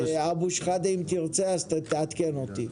ואבו שחאדה אם תרצה, אז תעדכן אותי.